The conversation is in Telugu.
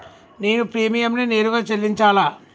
నేను ప్రీమియంని నేరుగా చెల్లించాలా?